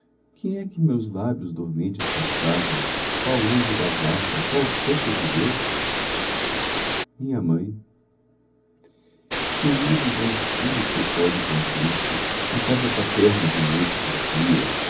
quem é que meus lábios dormentes roçava qual anjo da guarda qual sopro de deus minha mãe feliz o bom filho que pode contente na casa paterna de noite e de dia